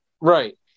Right